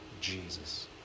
Jesus